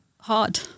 hard